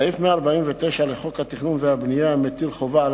סעיף 149 לחוק התכנון והבנייה מטיל חובה על